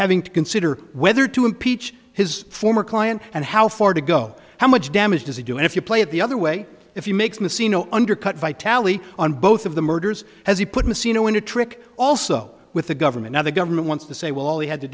having to consider whether to impeach his former client and how far to go how much damage does he do and if you play it the other way if he makes messina undercut by tally on both of the murders has he put in a scene when you trick also with the government now the government wants to say well all he had to